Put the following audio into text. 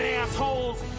assholes